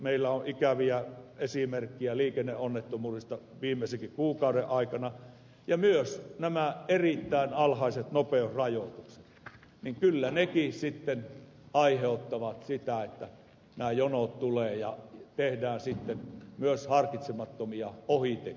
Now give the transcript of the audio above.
meillä on ikäviä esimerkkejä liikenneonnettomuudesta viimeisenkin kuukauden aikana ja myös nämä erittäin alhaiset nopeusrajoitukset aiheuttavat sitä että jonoja tulee ja tehdään sitten myös harkitsemattomia ohituksia